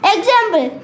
Example